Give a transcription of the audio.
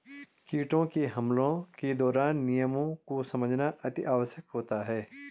कीटों के हमलों के दौरान नियमों को समझना अति आवश्यक होता है